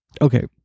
Okay